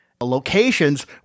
locations